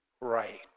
right